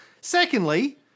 Secondly